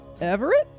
Everett